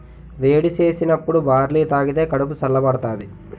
వేడి సేసినప్పుడు బార్లీ తాగిదే కడుపు సల్ల బడతాది